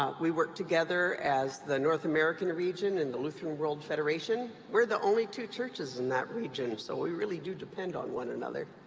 ah we work together as the north american region and the lutheran world federation. we're the only two churches in that region, so we really do depend on one another.